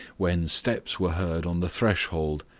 when steps were heard on the threshold,